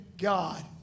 God